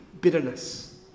bitterness